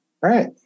right